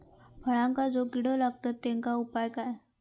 फळांका जो किडे लागतत तेनका उपाय काय?